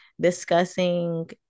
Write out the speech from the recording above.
discussing